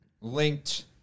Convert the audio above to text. linked